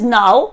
now